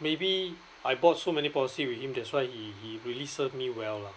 maybe I bought so many policy with him that's why he he really serve me well lah